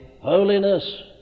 holiness